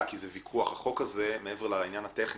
החוק הזה מעבר לעניין הטכני,